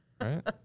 Right